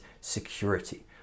security